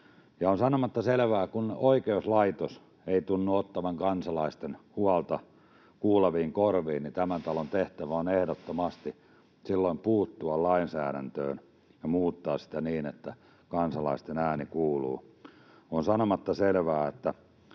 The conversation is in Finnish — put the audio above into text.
On sanomatta selvää, että kun oikeuslaitos ei tunnu ottavan kansalaisten huolta kuuleviin korviin, tämän talon tehtävä on ehdottomasti silloin puuttua lainsäädäntöön ja muuttaa sitä niin, että kansalaisten ääni kuuluu. On sanomatta selvää, että